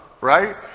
right